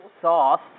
sauce